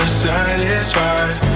satisfied